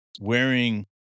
wearing